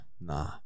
nah